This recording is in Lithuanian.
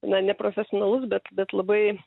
na neprofesionalus bet bet labai